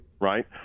right